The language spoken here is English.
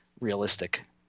realistic